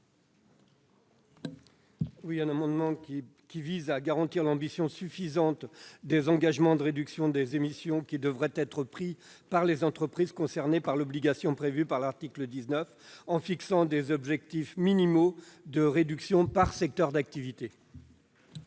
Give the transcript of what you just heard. Cet amendement vise à garantir une ambition suffisante des engagements de réduction des émissions de gaz à effet de serre qui devront être pris par les entreprises concernées par l'obligation prévue par l'article 19, en fixant des objectifs minimaux de réduction par secteur d'activité.